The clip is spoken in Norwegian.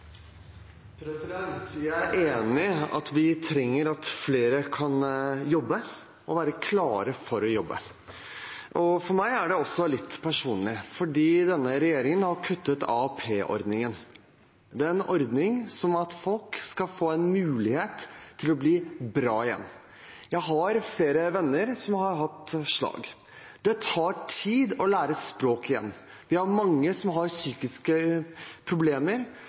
at vi trenger flere som jobber, og flere som er klare for å jobbe. For meg er det også litt personlig, for denne regjeringen har kuttet i AAP-ordningen. Det er en ordning som er til for at folk skal få en mulighet til å bli bra igjen. Jeg har flere venner som har hatt slag. Det tar tid å lære språk igjen. Det er mange som har psykiske problemer,